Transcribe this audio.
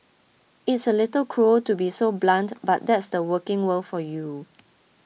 it's a little cruel to be so blunt but that's the working world for you